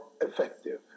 effective